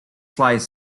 flight